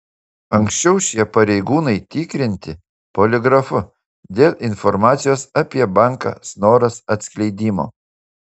anksčiau šie pareigūnai tikrinti poligrafu dėl informacijos apie banką snoras atskleidimo